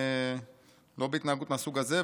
לא בהתנהגות מהסוג הזה,